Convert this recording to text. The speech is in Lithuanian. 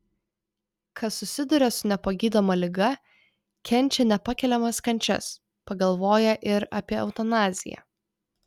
kas susiduria su nepagydoma liga kenčia nepakeliamas kančias pagalvoja ir apie eutanaziją